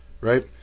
right